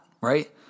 right